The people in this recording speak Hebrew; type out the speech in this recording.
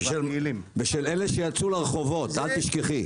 ושל אלה שיצאו לרחובות, אל תשכחי.